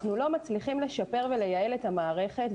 אנחנו לא מצליחים לשפר ולייעל את המערכת.